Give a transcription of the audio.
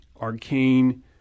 arcane